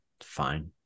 fine